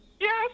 Yes